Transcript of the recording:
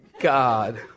God